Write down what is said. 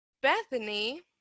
Bethany